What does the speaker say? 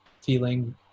feeling